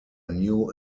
new